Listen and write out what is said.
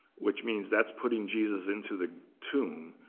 which means that's putting jesus into the tomb,